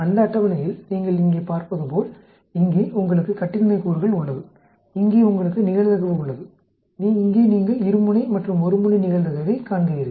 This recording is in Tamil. அந்த அட்டவணையில் நீங்கள் இங்கே பார்ப்பதுபோல் இங்கே உங்களுக்கு கட்டின்மை கூறுகள் உள்ளது இங்கே உங்களுக்கு நிகழ்தகவு உள்ளது இங்கே நீங்கள் இருமுனை மற்றும் ஒருமுனை நிகழ்தகவைக் காண்கிறீர்கள்